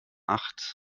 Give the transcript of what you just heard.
acht